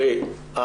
תראי,